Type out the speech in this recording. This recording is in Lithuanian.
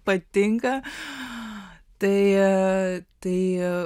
patinka tai tai